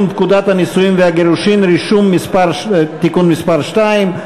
פקודת הנישואין והגירושין (רישום) (מס' 2),